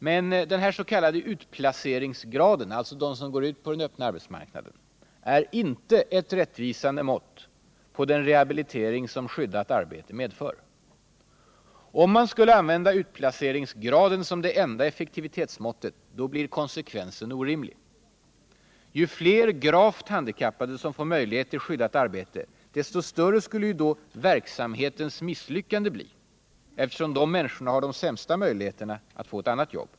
Men den s.k. utplaceringsgraden, alltså de som går ut på den öppna arbetsmarknaden, är inte ett rättvisande mått på den rehabilitering som skyddat arbete medför. Om man skulle använda utplaceringsgraden som det enda effektivitetsmåttet blir konsekvensen orimlig. Ju fler gravt handikappade som ges möjlighet till skyddat arbete desto större skulle ju också måttet på verksamhetens misslyckande bli, eftersom de människorna har de sämsta möjligheterna att få ett annat jobb.